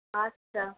আচ্ছা